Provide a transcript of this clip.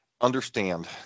understand